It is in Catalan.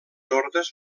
ordes